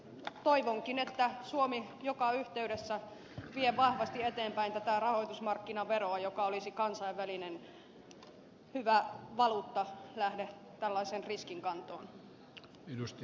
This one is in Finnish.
toivonkin että suomi joka yhteydessä vie vahvasti eteenpäin tätä rahoitusmarkkinaveroa joka olisi kansainvälinen hyvä valuuttalähde tällaisen riskin kantoon